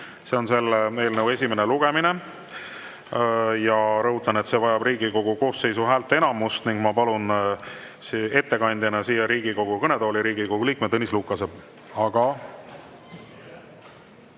See on selle eelnõu esimene lugemine ja rõhutan, et see vajab Riigikogu koosseisu häälteenamust. Ma palun ettekandeks siia Riigikogu kõnetooli Riigikogu liikme Tõnis Lukase. (Saalis